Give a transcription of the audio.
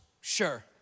Sure